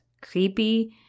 creepy